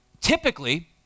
Typically